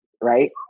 Right